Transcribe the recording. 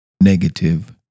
negative